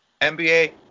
NBA